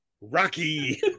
rocky